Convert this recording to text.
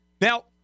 Now